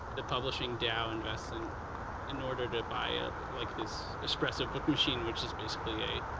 the publishing dao invests, in in order to buy ah like this es presso book machine, which is basically a